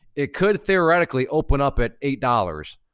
it could theoretically open up at eight dollars.